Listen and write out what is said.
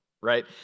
right